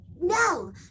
No